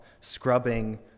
scrubbing